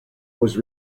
was